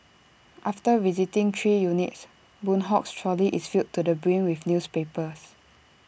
after visiting three units boon Hock's trolley is filled to the brim with newspapers